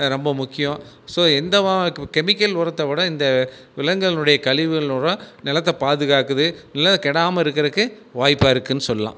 ரொம்ப முக்கியம் ஸோ எந்த மா கெமிக்கல் உரத்தை விட இந்த விலங்குகள் உடைய கழிவுகள் உரம் நிலத்த பாதுகாக்குறது இல்லை கெடாமல் இருக்கிறதுக்கு வாய்ப்பாக இருக்குதுன்னு சொல்லலாம்